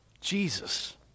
Jesus